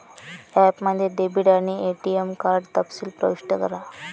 ॲपमध्ये डेबिट आणि ATM card तपशील प्रविष्ट करा